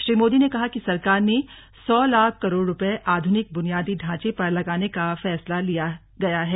श्री मोदी ने कहा कि सरकार ने सौ लाख करोड़ रुपये आधुनिक बुनियादी ढांचे पर लगाने का फैसला लिया गया है